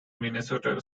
minnesota